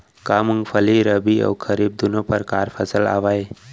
का मूंगफली रबि अऊ खरीफ दूनो परकार फसल आवय?